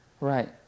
Right